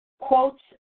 quotes